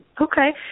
okay